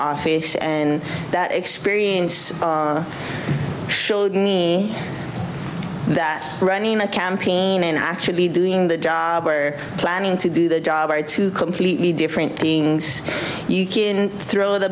office and that experience showed me that running a campaign and actually doing the job were planning to do the job are two completely different beings you kin throw the